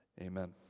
amen